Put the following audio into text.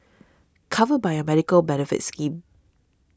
covered by a medical benefits scheme